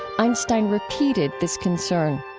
einstein repeated this concern